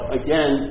again